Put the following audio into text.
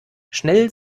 schnell